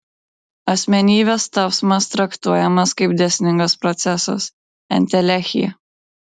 asmenybės tapsmas traktuojamas kaip dėsningas procesas entelechija